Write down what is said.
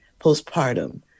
postpartum